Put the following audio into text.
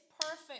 perfect